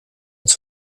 ins